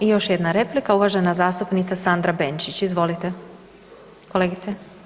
I još jedna replika, uvažena zastupnica Sandra Benčić, izvolite, kolegice.